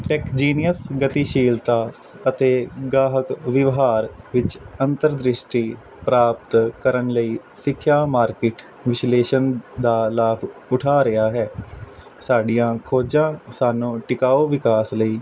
TechGenius ਗਤੀਸ਼ੀਲਤਾ ਅਤੇ ਗਾਹਕ ਵਿਵਹਾਰ ਵਿੱਚ ਅੰਤਰਦ੍ਰਿਸ਼ਟੀ ਪ੍ਰਾਪਤ ਕਰਨ ਲਈ ਸਿੱਖਿਆ ਮਾਰਕੀਟ ਵਿਸ਼ਲੇਸ਼ਣ ਦਾ ਲਾਭ ਉਠਾ ਰਿਹਾ ਹੈ ਸਾਡੀਆਂ ਖੋਜਾਂ ਸਾਨੂੰ ਟਿਕਾਊ ਵਿਕਾਸ ਲਈ